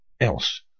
else